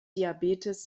diabetes